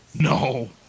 No